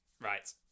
right